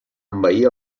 envair